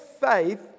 faith